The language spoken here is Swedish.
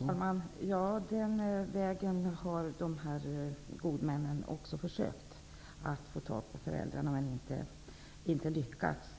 Herr talman! Den vägen har god man i de här fallen använt för att försöka få tag i föräldrarna utan att lyckas.